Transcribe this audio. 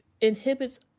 inhibits